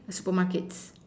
supermarkets